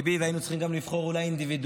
והיינו צריכים גם לבחור אולי אינדיבידואל,